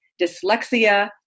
Dyslexia